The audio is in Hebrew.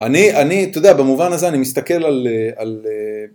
אני, אני, אתה יודע, במובן הזה אני מסתכל על